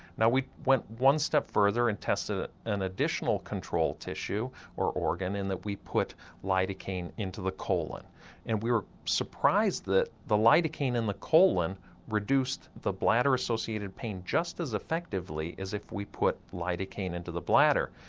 now we went one step further and tested an additional control tissue or organ in that we put lidocaine into the colon and we were surprised that the lidocaine in the colon reduced the bladder-associated pain just as effectively as if we put lidocaine into the bladder.